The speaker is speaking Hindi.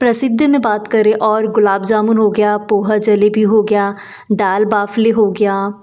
प्रसिद्धि में बात करें और गुलाब जामुन हो गया पोहा जलेबी हो गया दाल बाफले हो गया